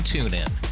TuneIn